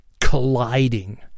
colliding